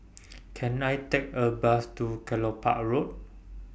Can I Take A Bus to Kelopak Road